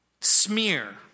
smear